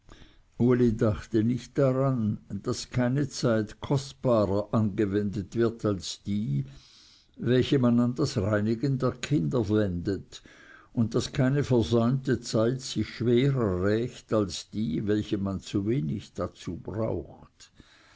uli dachte nicht daran daß keine zeit kostbarer angewendet wird als die welche man an das reinigen der kinder wendet und daß keine versäumte zeit sich schwerer rächt als die welche man zu wenig dazu braucht